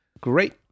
Great